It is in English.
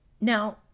Now